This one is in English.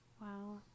wow